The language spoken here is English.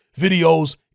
videos